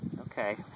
Okay